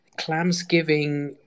Clamsgiving